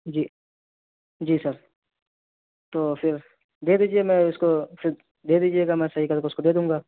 جی جی سر تو پھر دے دیجیے میں اس کو پھر دے دیجیے گا میں صحیح کر کے اس کو دے دوں گا